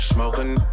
Smoking